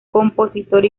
compositor